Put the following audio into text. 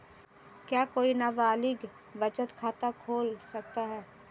क्या कोई नाबालिग बचत खाता खोल सकता है?